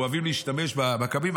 אנחנו אוהבים להשתמש במקבים,